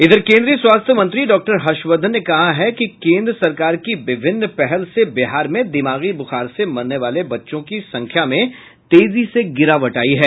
इधर केंद्रीय स्वास्थ्य मंत्री डॉक्टर हर्षवर्धन ने कहा है कि केंद्र सरकार की विभिन्न पहल से बिहार में दिमागी बुखार से मरने वाले बच्चों की संख्या में तेजी से गिरावट आयी है